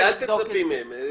אל תצפי מהן.